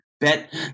bet